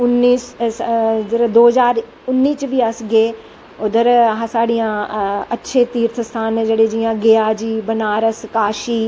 दो ज्हार उन्नी च बी अस गे उद्दर अच्चे तीर्थ स्थान न जियां गेआ दी बणारस काशी